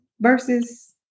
versus